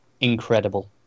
incredible